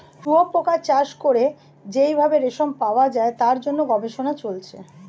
শুয়োপোকা চাষ করে যেই ভাবে রেশম পাওয়া যায় তার জন্য গবেষণা চলছে